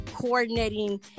Coordinating